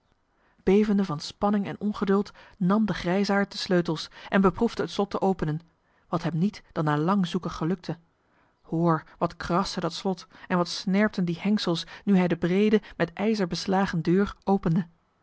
bevende van spanning en ongeduld nam de grijsaard de sleutels en beproefde het slot te openen wat hem niet dan na lang zoeken gelukte hoor wat kraste dat slot en wat snerpten die hengsels nu hij de breede met ijzer beslagen deur opende